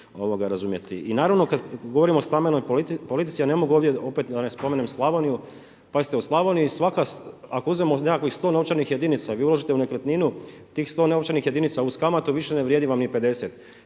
I naravno kada govorimo o stambenoj politici, a ne mogu opet ovdje da ne spomenem Slavoniju, pazite u Slavoniji svaka ako uzmemo nekakvih 100 novčanih jedinica i vi uložite u nekretninu tih 100 novčanih jedinica uz kamatu više ne vrijedi vam ni 50.